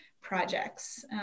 projects